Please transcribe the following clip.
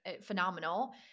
phenomenal